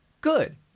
good